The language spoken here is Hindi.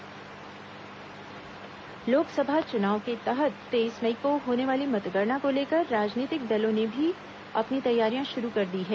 मतगणना भाजपा बैठक लोकसभा चुनाव के तहत तेईस मई को होने वाली मतगणना को लेकर राजनीतिक दलों ने भी अपनी तैयारियां शुरू कर दी हैं